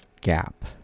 gap